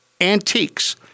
antiques